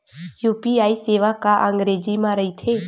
UPI सेवा का अंग्रेजी मा रहीथे?